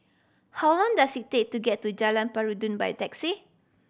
how long does it take to get to Jalan Peradun by taxi